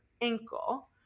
ankle